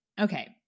Okay